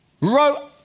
wrote